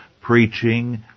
preaching